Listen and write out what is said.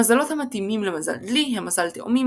המזלות המתאימים למזל דלי הם מזל תאומים,